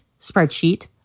spreadsheet